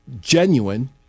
genuine